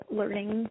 learning